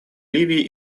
ливии